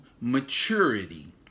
maturity